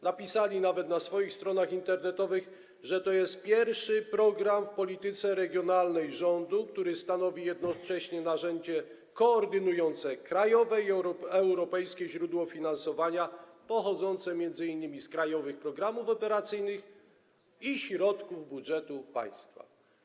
Napisali nawet na swoich stronach internetowych, że to jest pierwszy program w polityce regionalnej rządu, który stanowi jednocześnie narzędzie koordynujące krajowe i europejskie źródło finansowania, pochodzące m.in. z krajowych programów operacyjnych i środków budżetu państwa.